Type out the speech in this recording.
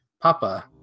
Papa